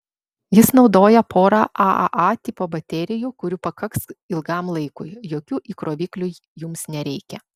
jis naudoja porą aaa tipo baterijų kurių pakaks ilgam laikui jokių įkroviklių jums nereikia